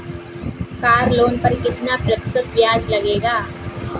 Car loan पर कितना प्रतिशत ब्याज लगेगा?